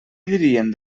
dirien